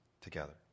together